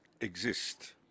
exist